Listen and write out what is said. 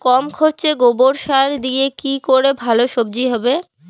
কম খরচে গোবর সার দিয়ে কি করে ভালো সবজি হবে?